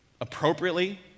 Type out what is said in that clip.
appropriately